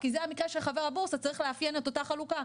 כי זה המקרה שחבר הבורסה צריך לאפיין את אותה חלוקה,